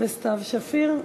וסתיו שפיר,